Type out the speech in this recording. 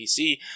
pc